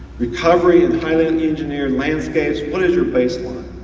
recovery in highly and engineered landscapes, what is your baseline?